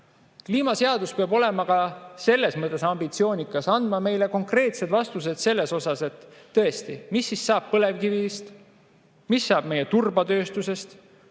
Kliimaseadus peab olema ka selles mõttes ambitsioonikas, et see annab meile konkreetseid vastuseid. Tõesti, mis siis saab põlevkivist? Mis saab meie turbatööstusest?